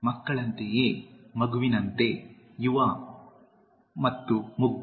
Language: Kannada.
ಮಕ್ಕಳಂತೆಯೇ ಮಗುವಿನಂತೆ ಯುವ ಮತ್ತು ಮುಗ್ಧ